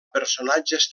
personatges